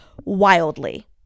wildly